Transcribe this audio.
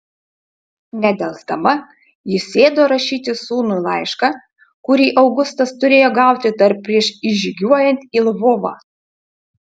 nedelsdama ji sėdo rašyti sūnui laišką kurį augustas turėjo gauti dar prieš įžygiuojant į lvovą